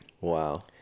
Wow